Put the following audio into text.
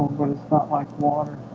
but it's not like water